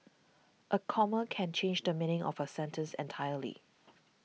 a comma can change the meaning of a sentence entirely